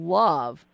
love